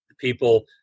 people